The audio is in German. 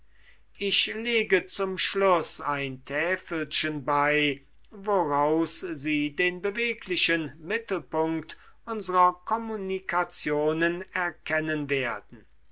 ich lege zum schluß ein täfelchen bei woraus sie den beweglichen mittelpunkt unsrer kommunikationen erkennen werden